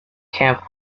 camp